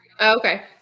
okay